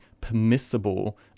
permissible